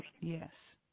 Yes